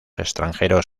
extranjeros